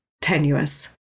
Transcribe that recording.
tenuous